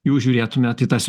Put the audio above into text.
jūs žiūrėtumėt į tas